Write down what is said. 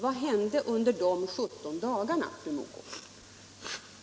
Vad hände under de 17 dagarna, fru Mogård?